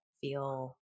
feel